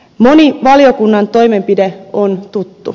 moni valiokunnan toimenpide on tuttu